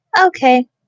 Okay